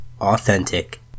authentic